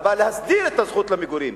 הוא בא להסדיר את הזכות למגורים.